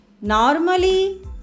Normally